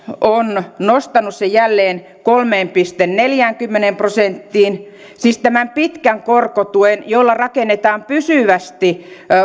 on nostanut sen jälleen kolmeen pilkku neljäänkymmeneen prosenttiin siis tämän pitkän korkotuen jolla rakennetaan pysyvästi